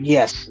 Yes